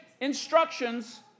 instructions